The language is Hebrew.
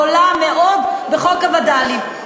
אבל ההתקדמות הזאת היא בשורה גדולה מאוד בחוק הווד"לים,